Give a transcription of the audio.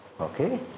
Okay